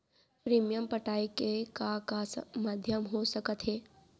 Premium पटाय के का का माधयम हो सकत हे?